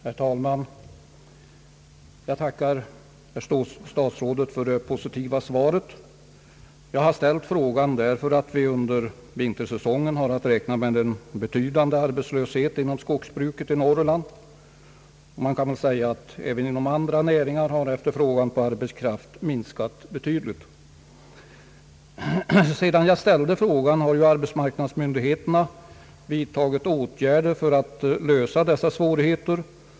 Herr talman! Jag tackar statsrådet för det positiva svaret. Jag har ställt frågan därför att vi under vintersäsongen måste räkna med en betydande arbetslöshet inom skogsbruket i Norrland. Man kan väl säga att efterfrågan på arbetskraft har minskat betydligt även inom andra näringar i Norrland. Sedan jag ställde frågan har arbetsmarknadsmyndigheterna vidtagit åtgärder för att komma till rätta med dessa svårigheter.